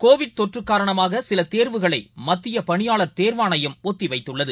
Covid தொற்றுகாரணமாகசிலதேர்வுகளைமத்தியபணியாளர் தேர்வாணையம் ஒத்திவைத்துள்ளது